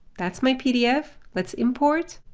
that's my pdf. let's import.